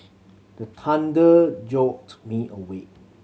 the thunder jolt me awake